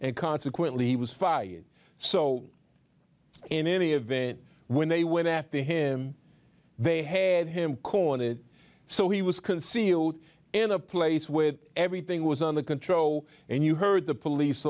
and consequently he was fired so in any event when they went after him they had him cornered so he was concealed in a place where everything was under control and you heard the police